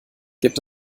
gibt